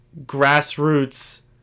grassroots